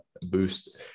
boost